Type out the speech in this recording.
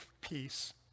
peace